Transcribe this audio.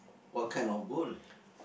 what kind of goal